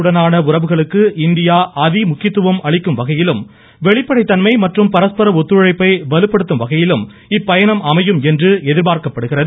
உடனான உறவுகளுக்கு இந்தியா அதிமுக்கியத்துவம் மாலத்தீவு அளிக்கும்வகையிலும் வெளிப்படைத் தன்மை மற்றும் பரஸ்பர ஒத்துழைப்பை வலுப்படுத்தும்வகையிலும் இப்பயணம் அமையும் என்றும் எதிர்பார்க்கப்படுகிறது